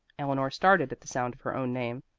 eleanor started at the sound of her own name,